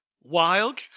Wild